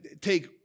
take